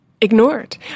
ignored